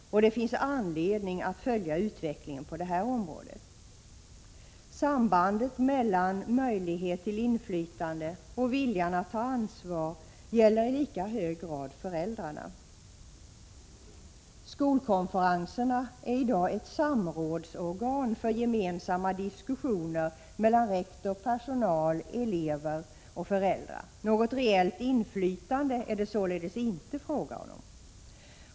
Det finns anledning att följa utvecklingen på detta område. Sambandet mellan möjlighet till inflytande och viljan att ta ansvar gäller i lika hög grad föräldrarna. Skolkonferenserna är i dag ett samrådsorgan för gemensamma diskussioner mellan rektor, personal, elever och föräldrar. Något reellt inflytande är det således inte fråga om.